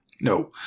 no